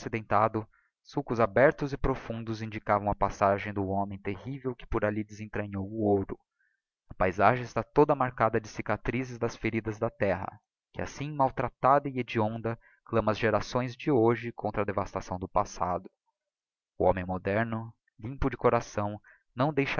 accidentado sulcos abertos e profundos indicavam a passagem do homem terrível que por alli desentranhou o ouro a paizagem está toda marcada de cicatrizes das feridas da terra que assim maltratada e hedionda clama ás gerações de hoje contra a devastação do passado o homem moderno limpo de coração não deixará